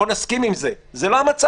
בוא נסכים על זה, זה לא המצב.